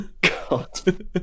God